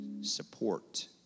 Support